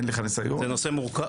זה נושא מורכב.